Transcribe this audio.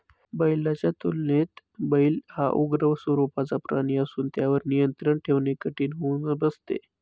बैलाच्या तुलनेत बैल हा उग्र स्वरूपाचा प्राणी असून त्यावर नियंत्रण ठेवणे कठीण होऊन बसते